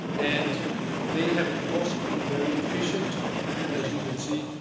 and they have, of course, been very efficient as you can see.